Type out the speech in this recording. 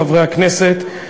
חברי הכנסת,